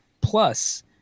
Plus